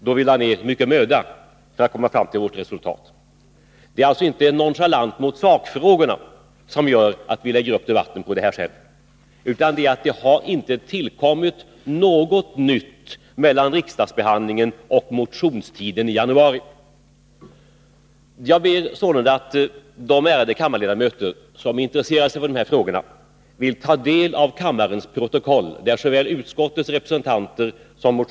Vi lade då ned mycken möda för att komma fram till ett resultat. Det är alltså ingen nonchalans mot sakfrågorna som gör att vi nu lägger upp debatten på detta sätt. Det har inte framkommit något nytt mellan föregående riksdagsbehandling och motionstiden i januari. Jag ber således de ärade kammarledamöter, som är intresserade av dessa frågor, att ta del av kammarens protokoll från slutet av november och början av december förra året.